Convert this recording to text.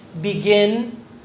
begin